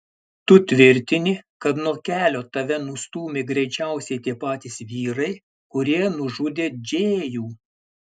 tu tvirtini kad nuo kelio tave nustūmė greičiausiai tie patys vyrai kurie nužudė džėjų